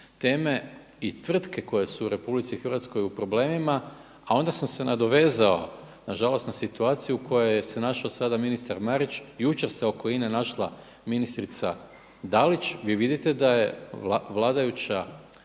teme i tvrtke koje su u RH u problemima a onda sam se nadovezao nažalost na situaciju u kojoj se našao sada ministar Marić, jučer se oko INA-e našla ministrica Dalić, vi vidite da je vladajuća